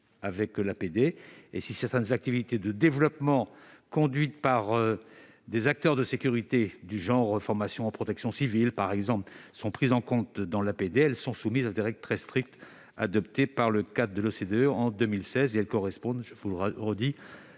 avec l'APD. Si certaines activités de développement conduites par des acteurs de sécurité, comme la formation à la protection civile, par exemple, sont prises en compte dans l'APD, elles sont soumises à des règles très strictes adoptées dans le cadre de l'OCDE en 2016. Pour toutes ces raisons, le Gouvernement